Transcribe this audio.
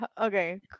Okay